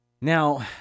Now